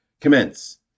commence